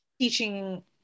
teaching